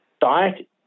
Diet